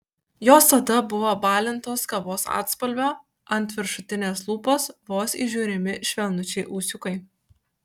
jos oda buvo balintos kavos atspalvio ant viršutinės lūpos vos įžiūrimi švelnučiai ūsiukai